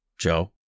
Joe